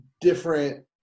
different